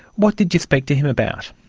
what did you speak to him about?